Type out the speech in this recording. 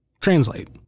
translate